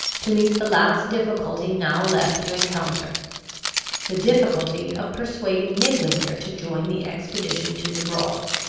to meet the last difficulty now left to encounter the difficulty of persuading midwinter to join the expedition to the broads.